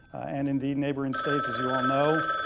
and indeed, neighboring states, as you all know,